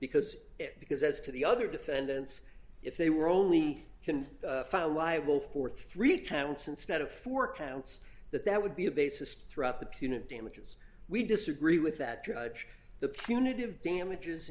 because it because as to the other defendants if they were only can found liable for three counts instead of four counts that that would be a basis throughout the punitive damages we disagree with that judge the punitive damages